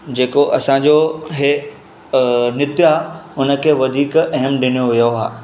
जेको असांजो हे नृत्य आहे उनखे वधीक अहम ॾिनो वियो आहे